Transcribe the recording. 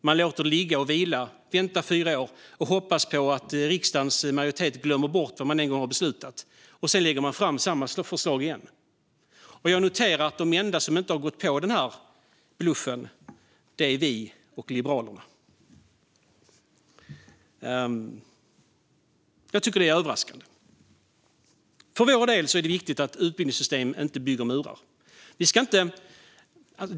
Man låter det ligga och vila, väntar i fyra år och hoppas att riksdagens majoritet ska glömma bort vad den en gång har beslutat. Sedan lägger man fram samma förslag igen. Jag noterar att de enda som inte har gått på denna bluff är vi och Liberalerna. Jag tycker att detta är överraskande. Vi anser att det är viktigt att utbildningssystem inte bygger murar.